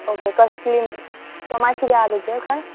okay कसली मातशी हा तसलीं कांय